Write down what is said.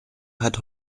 hat